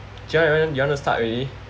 jia yuan you want to start already